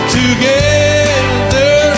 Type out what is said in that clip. together